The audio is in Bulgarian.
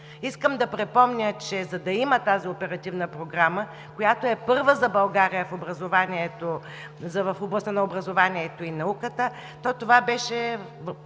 Искам да припомня, че за да я има тази Оперативна програма, която е първа за България в областта на образованието и науката, това беше